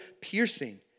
piercing